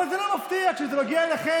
אבל זה לא מפתיע, כי כשזה מגיע אליכם,